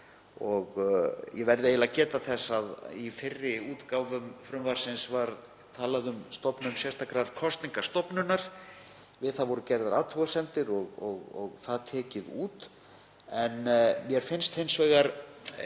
Ég verð eiginlega að geta þess að í fyrri útgáfum frumvarpsins var talað um stofnun sérstakrar kosningastofnunar. Við það voru gerðar athugasemdir og það tekið út. En mér finnst breytingin